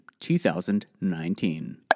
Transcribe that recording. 2019